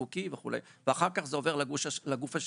חוקי וכו' ואחר כך זה עובר לגוש השני,